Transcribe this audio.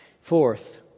Fourth